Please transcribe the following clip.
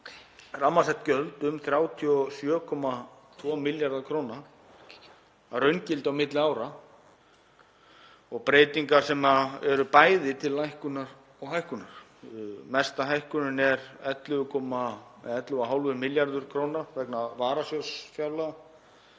rammasett gjöld um 37,2 milljarða kr. að raungildi á milli ára og eru breytingar bæði til lækkunar og hækkunar. Mesta hækkunin er 11,5 milljarðar kr. vegna varasjóðs fjárlaga,